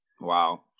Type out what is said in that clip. Wow